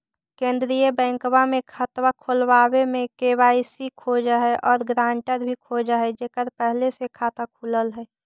केंद्रीय बैंकवा मे खतवा खोलावे मे के.वाई.सी खोज है और ग्रांटर भी खोज है जेकर पहले से खाता खुलल है?